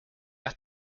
that